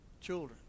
children